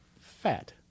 fat